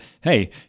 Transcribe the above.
hey